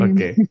Okay